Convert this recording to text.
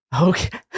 Okay